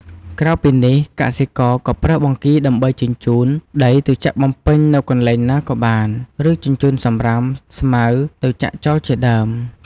ក្រៅពីនេះកសិករក៏ប្រើបង្គីដើម្បីជញ្ចូន ដីទៅចាក់បំពេញនៅកន្លែងណាមួយក៏បាន ឬជញ្ចូនសំរាម ស្មៅទៅចាក់ចោលជាដើម។